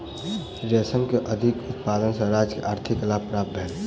रेशम के अधिक उत्पादन सॅ राज्य के आर्थिक लाभ प्राप्त भेल